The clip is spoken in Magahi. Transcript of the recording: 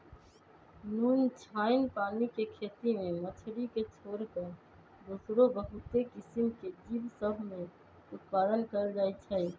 नुनछ्राइन पानी के खेती में मछरी के छोर कऽ दोसरो बहुते किसिम के जीव सभ में उत्पादन कएल जाइ छइ